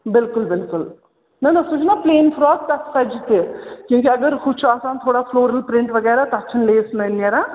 بِلکُل بِلکُل نَہ نَہ سُہ چھُ نَہ پٕلین فراک تَتھ سجہِ تہِ کیونکہِ اگر ہُہ چھُ آسان تھوڑا فٕلورل پِرٛنٛٹ وغیرہ تَتھ چھَنہٕ لیس نٔنۍ نیران